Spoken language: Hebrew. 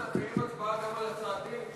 אנא קיים הצבעה גם על הצעתי,